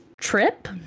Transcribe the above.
Trip